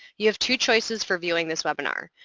you have two choices for viewing this webinar.